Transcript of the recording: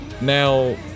Now